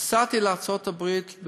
נסעתי לארצות-הברית.